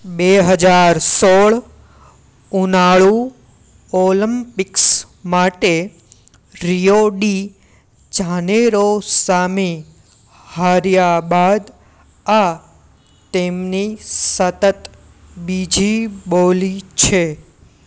બે હજાર સોળ ઉનાળુ ઓલમ્પિક્સ માટે રિયો ડી જાનેરો સામે હાર્યા બાદ આ તેમની સતત બીજી બોલી છે